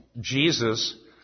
Jesus